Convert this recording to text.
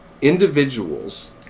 Individuals